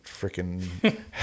freaking